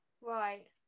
Right